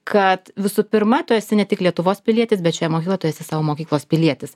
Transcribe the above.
kad visų pirma tu esi ne tik lietuvos pilietis bet šioje mokykloje tu esi savo mokyklos pilietis